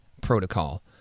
Protocol